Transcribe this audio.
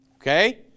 Okay